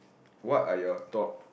what are your thought